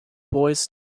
boys